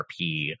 RP